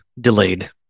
delayed